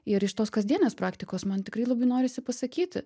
ir iš tos kasdienės praktikos man tikrai labai norisi pasakyti